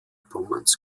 pommerns